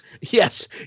Yes